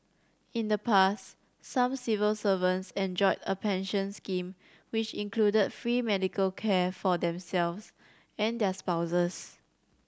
in the past some civil servants enjoyed a pension scheme which included free medical care for themselves and their spouses